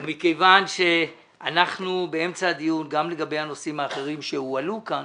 מכיוון שאנחנו באמצע הדיון גם לגבי הנושאים האחרים שהועלו כאן,